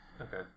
Okay